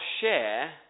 share